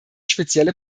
spezielle